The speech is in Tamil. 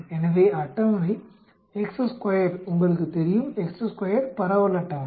எனவே அட்டவணை உங்களுக்குத் தெரியும் பரவல் அட்டவணை